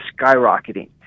skyrocketing